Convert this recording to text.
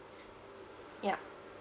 yeah